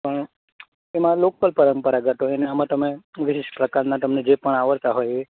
પણ એમાં લોકલ પરંપરાગત હોય ને આમાં તમે વેરીસ પ્રકારના તમને જે પણ આવડતા હોય એ